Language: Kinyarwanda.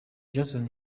johnson